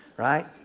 right